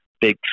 Big